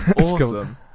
awesome